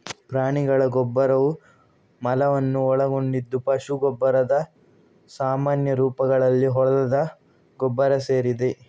ಪ್ರಾಣಿಗಳ ಗೊಬ್ಬರವು ಮಲವನ್ನು ಒಳಗೊಂಡಿದ್ದು ಪಶು ಗೊಬ್ಬರದ ಸಾಮಾನ್ಯ ರೂಪಗಳಲ್ಲಿ ಹೊಲದ ಗೊಬ್ಬರ ಸೇರಿದೆ